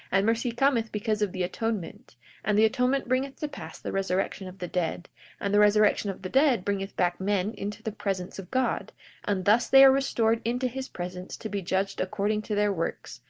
and mercy cometh because of the atonement and the atonement bringeth to pass the resurrection of the dead and the resurrection of the dead bringeth back men into the presence of god and thus they are restored into his presence, to be judged according to their works,